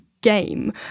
game